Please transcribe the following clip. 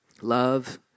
Love